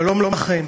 שלום לכם.